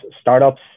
startups